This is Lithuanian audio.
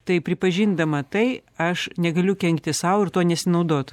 tai pripažindama tai aš negaliu kenkti sau ir tuo nesinaudot